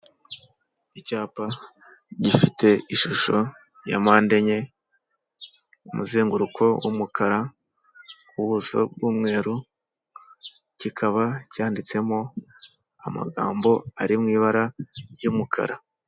Icyapa gifite ishusho ya mpande enye, umuzenguruko w'umukara, ubuso bw'umweru, kikaba cyanditsemo amagambo ari mu ibara ry'umukara.